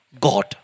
God